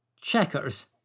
checkers